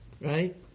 Right